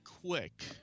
quick